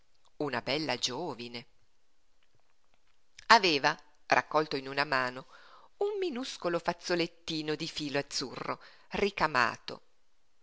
una bella giovine aveva raccolto in una mano un minuscolo fazzolettino di filo azzurro ricamato